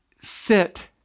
sit